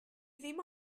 ddim